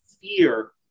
fear